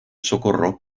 socorro